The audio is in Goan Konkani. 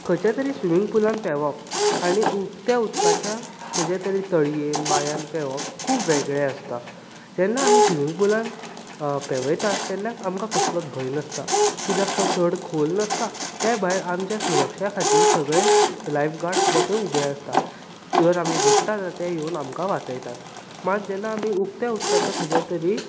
खंयच्या तरी स्विमींग पुलान पेंवप आनी उकत्या उदकाच्या खंयच्या तरी तळयेंत बांयत पेंवोवप खूब वेगळें आसता जेन्ना आमी स्विमींग पुलांत पेंवयतात तेन्ना आमकां कसलोच भंय नासता कित्याक तो चड खोल नासता ते भायर आमच्या सुरक्षे खातीर सगळे लायफगार्ड सुद्दां थंय उबे आसतात जर आमी बुडटा तर ते येवन आमकां वाचयतात मात जेन्ना आमीं उकत्या उदकाच्या खंयच्या तरी